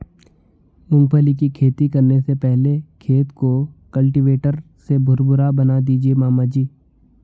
मूंगफली की खेती करने से पहले खेत को कल्टीवेटर से भुरभुरा बना दीजिए मामा जी